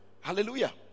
Hallelujah